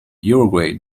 uruguay